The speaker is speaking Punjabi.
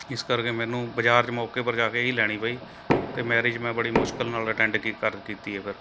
ਇਸ ਕਰਕੇ ਮੈਨੂੰ ਬਜ਼ਾਰ 'ਚ ਮੌਕੇ ਪਰ ਜਾ ਕੇ ਹੀ ਲੈਣੀ ਪਈ ਅਤੇ ਮੈਰਿਜ ਮੈਂ ਬੜੀ ਮੁਸ਼ਕਿਲ ਨਾਲ ਅਟੈਂਡ ਕੀਤੀ ਕਰ ਕੀਤੀ ਹੈ ਫਿਰ